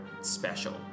special